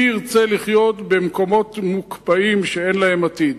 מי ירצה לחיות במקומות מוקפאים, שאין להם עתיד?